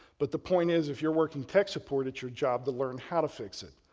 but the point is if you're working tech support, it's your job to learn how to fix it.